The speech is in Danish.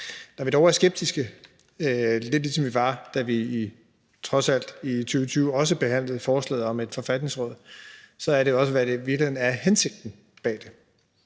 Da vi dog er skeptiske, lidt ligesom vi var, da vi trods alt i 2020 også behandlede forslaget om et forfatningsråd, er det også, hvad der i virkeligheden er hensigten bag det.